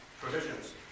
provisions